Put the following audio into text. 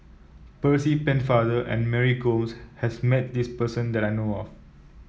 Percy Pennefather and Mary Gomes has met this person that I know of